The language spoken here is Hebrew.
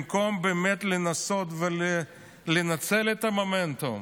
במקום באמת לנסות ולנצל את המומנטום,